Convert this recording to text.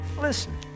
listen